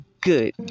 good